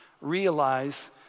realize